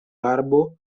barbo